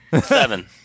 Seven